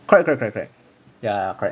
correct correct correct ya correct